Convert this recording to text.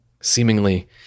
seemingly